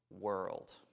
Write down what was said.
world